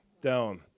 down